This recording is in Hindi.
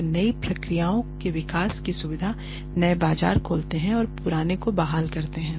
वे नई प्रक्रियाओं के विकास की सुविधा नए बाजार खोलते हैं और पुराने को बहाल करते हैं